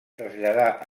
traslladà